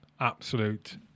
Absolute